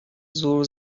زور